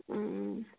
ꯎꯝ ꯎꯝ